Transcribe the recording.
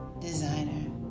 designer